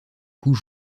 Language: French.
coups